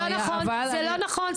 זה לא נכון.